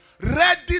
ready